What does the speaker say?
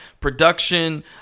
production